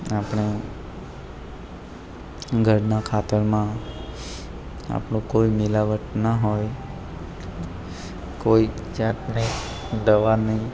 આપણા ઘરમાં ખાતર માં આપણું કોઈ મિલાવટ ના હોય કોઈ જ જાતની દવા નહીં